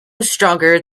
stronger